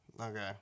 Okay